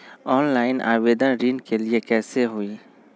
Online आवेदन ऋन के लिए कैसे हुई?